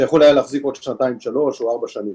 שיכול היה להחזיק עוד שנתיים שלוש, או ארבע שנים.